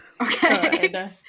Okay